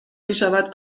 میشود